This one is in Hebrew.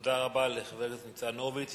תודה רבה לחבר הכנסת ניצן הורוביץ.